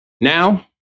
Now